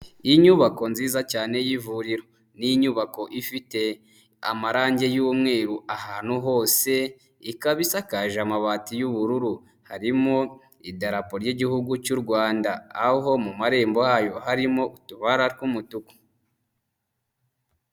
Iyi nyubako nziza cyane y'ivuriro, ni inyubako ifite amarangi y'umweru ahantu hose, ikaba isakaje amabati y'ubururu. Harimo idarapo ry'igihugu cy'u Rwanda, aho mu marembo yayo harimo utubara tw'umutuku.